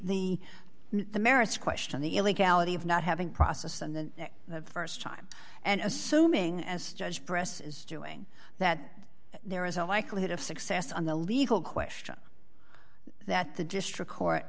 that's the merits question the illegality of not having process on the st time and assuming as judge press is doing that there is a likelihood of success on the legal question that the district court